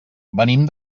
venim